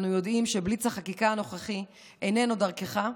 אנו יודעים שבליץ החקיקה הנוכחי איננו דרכך.